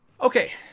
okay